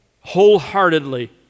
wholeheartedly